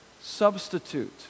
substitute